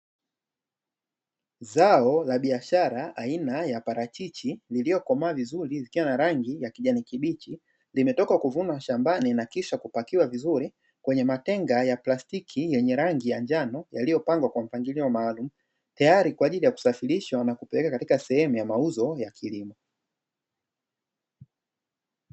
Zao la biashara aina ya parachichi lililokomaa vizuri likiwa na rangi ya kijani kibichi, limetoka kuvunwa shambani, na kisha kupakiwa vizuri kwenye matenga ya plastiki yenye rangi ya njano yaliyopangwa kwa mpangilio maalumu, tayari kwa ajili ya kusafirisha na kupeleka katika sehemu ya mauzo ya kilimo.